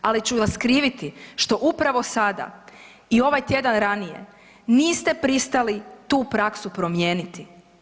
Ali ću vas kriviti što upravo sada i ovaj tjedan ranije niste pristali tu praksu promijeniti.